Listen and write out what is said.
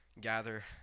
gather